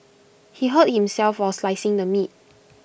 he hurt himself while slicing the meat